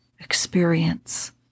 Experience